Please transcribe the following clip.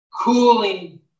cooling